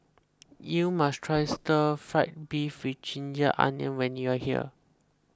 you must try Stir Fry Beef with Ginger Onions when you are here